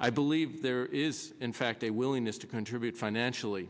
i believe there is in fact a willingness to contribute financially